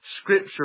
scripture